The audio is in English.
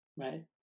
right